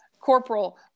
corporal